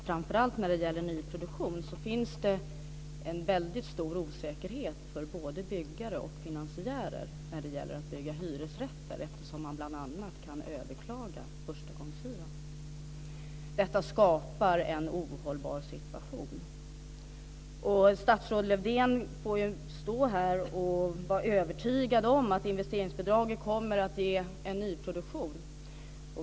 Framför allt i fråga om nyproduktion finns det en väldigt stor osäkerhet för både byggare och finansiärer när det gäller att bygga hyresrätter, bl.a. därför att det går att överklaga förstagångshyran. Det skapar en ohållbar situation. Statsrådet Lövdén får ju stå här och vara övertygad om att investeringsbidragen kommer att ge en nyproduktion.